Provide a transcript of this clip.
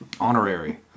Honorary